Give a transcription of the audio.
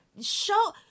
show